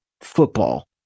football